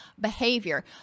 behavior